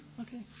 Okay